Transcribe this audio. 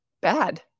bad